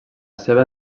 seva